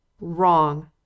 Wrong